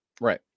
right